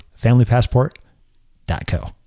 familypassport.co